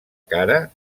cara